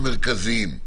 המרכזיים?